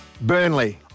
Burnley